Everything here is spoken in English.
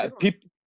people